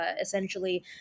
essentially